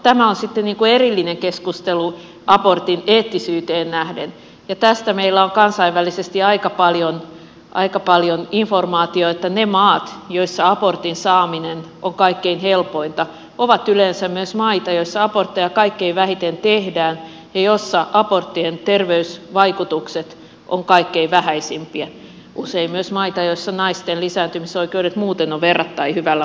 tämä on sitten erillinen keskustelu abortin eettisyyteen nähden ja tästä meillä on kansainvälisesti aika paljon informaatiota että ne maat joissa abortin saaminen on kaikkein helpointa ovat yleensä myös maita joissa abortteja kaikkein vähiten tehdään ja joissa aborttien terveysvaikutukset ovat kaikkein vähäisimpiä usein myös maita joissa naisten lisääntymisoikeudet muuten ovat verrattain hyvällä mallilla